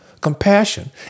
compassion